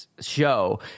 show